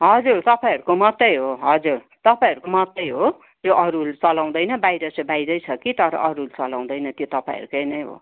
हजुर तपाईँहरूको मात्रै हो हजुर तपाईँहरूको मात्रै हो त्यो अरूले चलाउँदैन बाहिर चाहिँ बाहिरै छ कि तर अरूले चलाउँदैन त्यो तपाईँहरूको नै हो